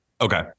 Okay